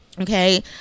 Okay